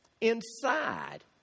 inside